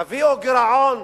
תביאו גירעון